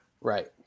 Right